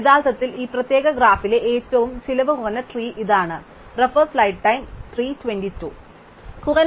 യഥാർത്ഥത്തിൽ ഈ പ്രത്യേക ഗ്രാഫിലെ ഏറ്റവും ചിലവ് കുറഞ്ഞ ട്രീ ഇത് ആണ്